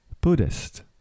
Buddhist